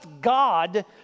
God